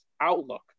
outlook